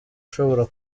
ashobora